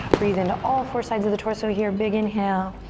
breathe into all four sides of the torso here. big inhale.